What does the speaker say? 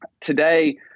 today